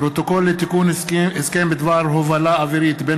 פרוטוקול לתיקון הסכם בדבר הובלה אווירית בין